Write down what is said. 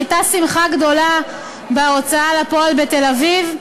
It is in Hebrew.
הייתה שמחה גדולה בהוצאה לפועל בתל-אביב.